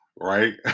right